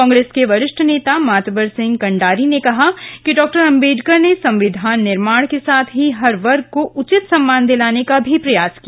कांग्रेस के वरिष्ठ नेता मातबर सिंह कंडारी ने कहा कि डॉ अंबेडकर ने संविधान निर्माण के साथ ही हर वर्ग को उचित सम्मान दिलाने का प्रयास किया